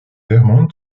vermont